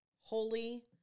Holy